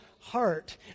heart